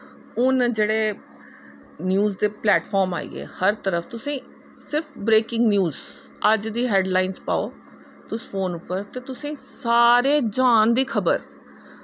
हून जेह्ड़े न्यूज दे प्लेट फार्म आईये हर तरफ सिर्फ ब्रेकिंग न्यूज़ अज्ज दा हैडलाईन पाओ तुस फोन उप्पर ते तुसेंगी सारे जहान दी खबर